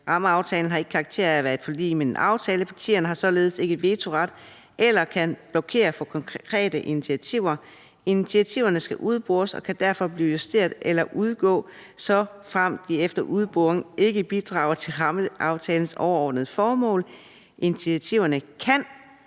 ikke har karakter af at være et forlig. »Partierne har således ikke vetoret eller kan blokere for konkrete initiativer. Initiativerne skal udbores og kan derfor blive justeret eller udgå, såfremt de efter udboring ikke bidrager til rammeaftalens overordnede formål. Initiativerne kan